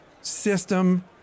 system